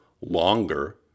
longer